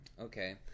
Okay